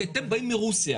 כי אתם באים מרוסיה.